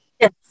yes